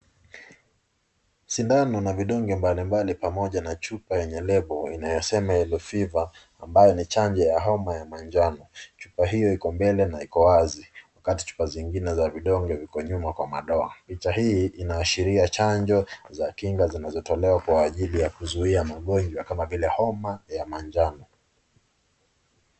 Sindano na vidonge mbalimbali pamoja na chupa yenye lebo inayosema yellow fever ambayo ni chanjo ya homa ya manjano. Chupa hio iko mbele na iko wazi, wakati chupa zingine za vidonge viko nyuma kwa madoa. Picha hii inaashiria chanjo za kinga zinazotolewa kwa ajili ya kuzuia magonjwa kama vile homa ya manjano.